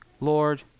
Lord